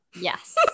Yes